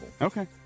Okay